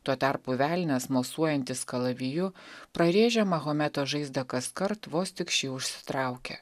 tuo tarpu velnias mosuojantis kalaviju prarėžia mahometo žaizdą kaskart vos tik ši užsitraukia